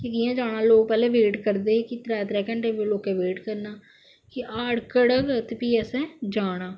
कि कियां जाना लोकें लोक पैहलें बेट करदे हे कि त्रै घंटे त्रै घंटे लोके बेट करना कि हाड़ घटग ते फ्ही असें जाना